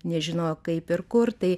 nežinojo kaip ir kur tai